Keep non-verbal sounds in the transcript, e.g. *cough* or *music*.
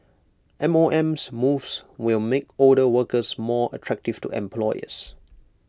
M O M *unintelligible* moves will make older workers more attractive to employers